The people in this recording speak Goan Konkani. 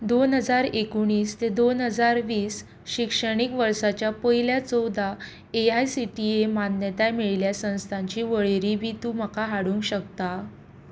दोन हजार एकुणीस ते दोन हजार वीस शिक्षणीक वर्साच्या पयल्या चवदा A I C T E मान्यताय मेळिल्ल्या संस्थांची वळेरी बी तूं म्हाका हाडूंक शकता